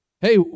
Hey